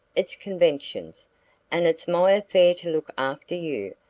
its conventions and it's my affair to look after you,